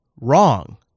wrong